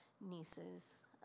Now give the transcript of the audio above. nieces